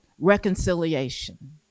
reconciliation